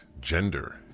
gender